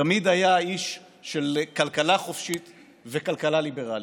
תמיד היה איש של כלכלה חופשית וכלכלה ליברלית.